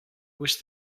wish